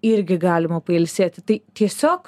irgi galima pailsėti tai tiesiog